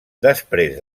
després